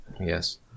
Yes